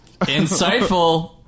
Insightful